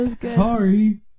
Sorry